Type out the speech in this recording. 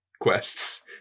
quests